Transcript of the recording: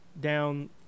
down